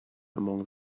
among